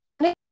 okay